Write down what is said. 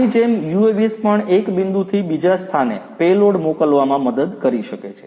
આની જેમ UAVs પણ એક બિંદુથી બીજા સ્થાને પેલોડ મોકલવામાં મદદ કરી શકે છે